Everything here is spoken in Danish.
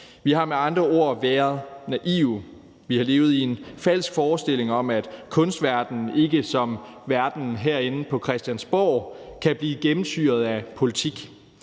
Vi har med andre ord været naive. Vi har levet i en falsk forestilling om, at kunstverdenen ikke som verdenen herinde på Christiansborg kan blive gennemsyret af politik.